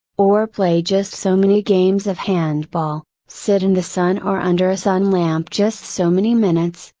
or play just so many games of handball, sit in the sun or under a sun lamp just so many minutes,